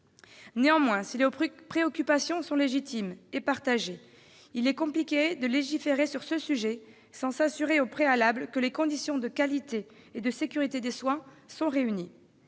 Néanmoins, si les préoccupations sont légitimes et partagées, il est compliqué de légiférer sur ce sujet sans s'assurer au préalable que les conditions de qualité et de sécurité des soins sont réunies.